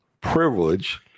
privilege